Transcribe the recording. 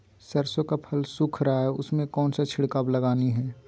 सरसो का फल सुख रहा है उसमें कौन सा छिड़काव लगानी है?